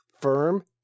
firm